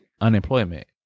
unemployment